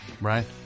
Right